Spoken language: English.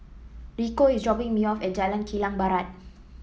Rico is dropping me off at Jalan Kilang Barat